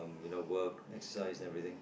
and you know work exercise everything